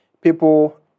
people